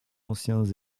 anciens